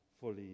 fully